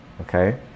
Okay